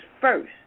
first